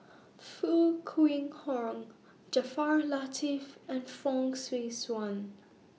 Foo Kwee Horng Jaafar Latiff and Fong Swee Suan